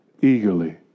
eagerly